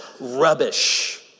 rubbish